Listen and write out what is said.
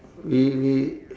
we we